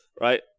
right